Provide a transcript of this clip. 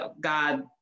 God